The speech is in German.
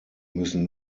müssen